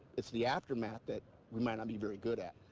it's the aftermath that we might not be very good at.